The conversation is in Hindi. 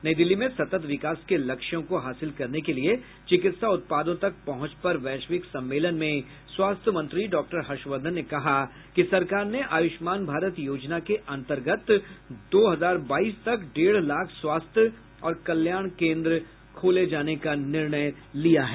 नई दिल्ली में सतत विकास के लक्ष्यों को हासिल करने के लिए चिकित्सा उत्पादों तक पहुंच पर वैश्विक सम्मेलन में स्वास्थ्य मंत्री डॉक्टर हर्षवर्धन ने कहा कि सरकार ने आयुष्मान भारत योजना के अन्तर्गत दो हजार बाईस तक डेढ़ लाख स्वास्थ्य और कल्याण केन्द्र खोले जाने का निर्णय लिया है